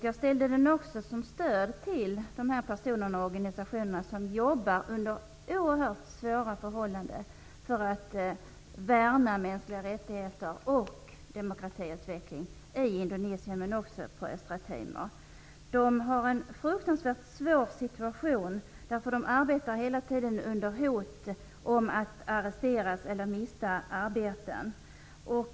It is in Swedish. Jag ställde frågan också som ett stöd till de personer och organisationer som jobbar under oerhört svåra förhållanden för att värna mänskliga rättigheter och demokratiutveckling i Indonesien men också i Östra Timor. De har en fruktansvärt svår situation, eftersom de hela tiden arbetar under hot om att arresteras eller mista sina arbeten.